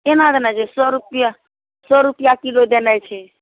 केना देनाइ छै सए रुपआ सए रुपआ किलो देनाइ छै